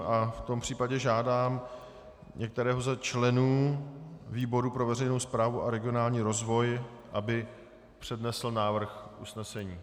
V tom případě žádám některého ze členů výboru pro veřejnou správu a regionální rozvoj, aby přednesl návrh usnesení.